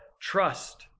trust